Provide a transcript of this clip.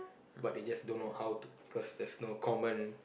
but they just don't know how to because there's no common